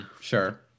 Sure